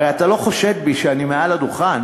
הרי אתה לא חושד בי שאני מעל הדוכן,